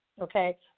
okay